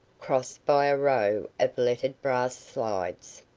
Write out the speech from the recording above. crossed by a row of lettered brass slides.